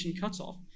cutoff